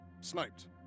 sniped